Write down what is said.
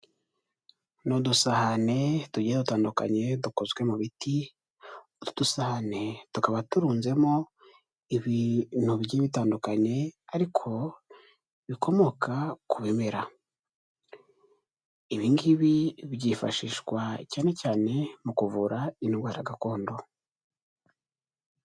Ni udusahane tugiye dutandukanye dukozwe mu biti, utu dusahane tukaba turunzemo ibintu bigiye bitandukanye ariko bikomoka ku bimera, ibingibi byifashishwa cyane cyane mu kuvura indwara gakondo.